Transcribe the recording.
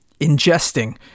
ingesting